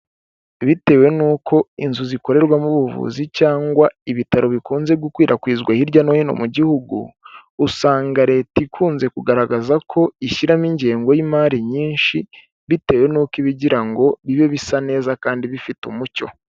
Bitewe n'uko inzu zikorerwamo ubuvuzi cyangwa ibitaro bikunze gukwirakwizwa hirya no hino mu gihugu, usanga leta ikunze kugaragaza ko ishyiramo ingengo y'imari nyinshi bitewe n'uko iba igira ngo bibe bisa neza kandi bifite umucyo.